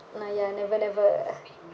ah ya never never